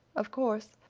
of course,